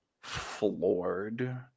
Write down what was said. floored